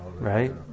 Right